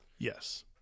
yes